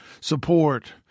support